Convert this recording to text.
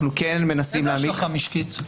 אנחנו מנסים -- איזו השלכה משקית?